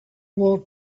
want